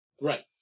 Right